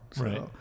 Right